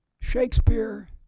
Shakespeare